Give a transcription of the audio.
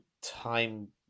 Time